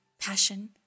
passion